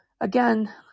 again